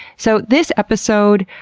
so this episode,